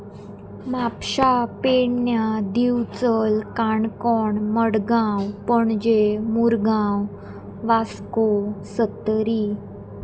म्हापशां पेडण्या दिवचल काणकोण मडगांव पणजे मुरगांव वास्को सत्तरी